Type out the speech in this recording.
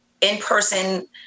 in-person